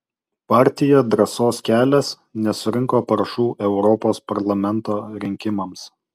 partija drąsos kelias nesurinko parašų europos parlamento rinkimams